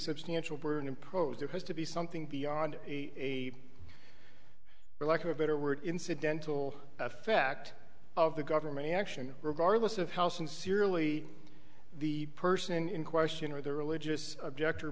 substantial burden imposed there has to be something beyond a the lack of a better word incidental effect of the government action regardless of how sincerely the person in question or the religious objector